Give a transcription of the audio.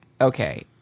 okay